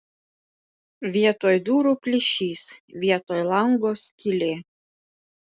vietoj durų plyšys vietoj lango skylė